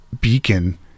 beacon